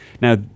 Now